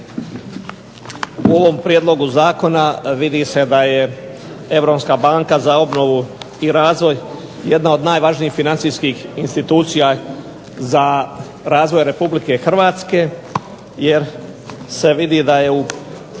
U ovom prijedlogu zakona vidi se da je Europska banka za obnovu i razvoj jedna od najvažnijih financijskih institucija za razvoj Republike Hrvatske jer se vidi da je